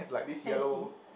at the sea